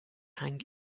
hang